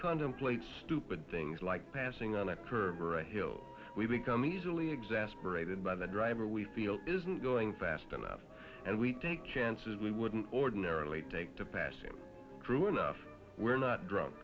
contemplate stupid things like passing on a curve or a hill we become easily exasperated by the driver we feel isn't going fast enough and we take chances we wouldn't ordinarily take to passing true enough we're not drunk